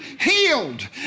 healed